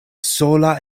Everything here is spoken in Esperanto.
sola